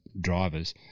drivers